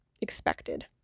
expected